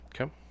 Okay